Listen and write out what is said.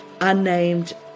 unnamed